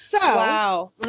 Wow